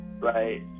right